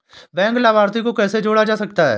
Bank लाभार्थी को कैसे जोड़ा जा सकता है?